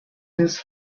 his